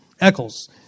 Eccles